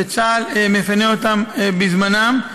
וצה"ל מפנה אותם בזמנם.